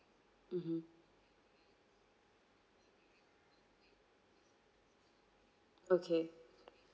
mmhmm okay